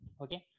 okay